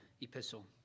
epistle